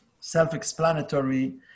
self-explanatory